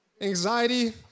Anxiety